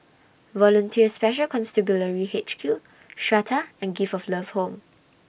Volunteer Special Constabulary H Q Strata and Gift of Love Home